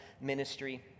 ministry